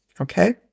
Okay